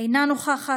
אינה נוכחת.